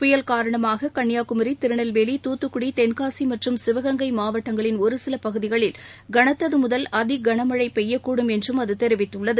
புயல் காரணமாக கன்னியாகுமரி திருநெல்வேலி துத்துக்குடி தென்காசி மற்றும் சிவகங்கை மாவட்டங்களில் ஒரு சில பகுதிகளில் கனத்தது முதல் அதிகளமழை பெய்யக்கூடும் என்றும் அது தெரிவித்துள்ளது